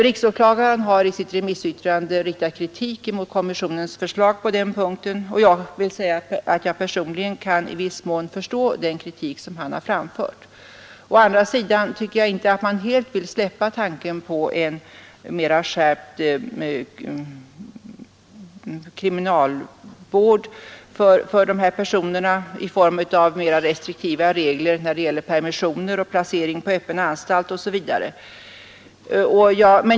Riksåklagaren har i sitt remissyttrande riktat kritik mot kommissionens förslag på den punkten, och jag kan säga att jag i viss mån förstår den kritiken. Å andra sidan tycker jag inte att jag helt vill släppa tanken på en mera skärpt kriminalvård för dessa personer, i form av mera restriktiva regler när det gäller permissioner, placering på öppen anstalt osv.